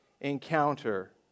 encounter